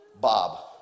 Bob